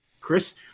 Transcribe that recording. Chris